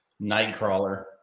Nightcrawler